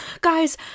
guys